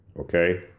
okay